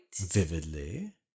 vividly